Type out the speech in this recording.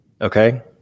Okay